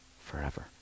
forever